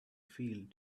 field